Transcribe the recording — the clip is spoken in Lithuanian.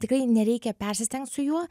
tikrai nereikia persistengt su juo